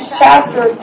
chapter